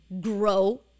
grow